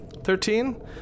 Thirteen